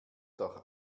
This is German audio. doch